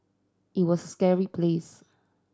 it was scary place